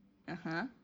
(uh huh)